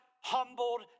humbled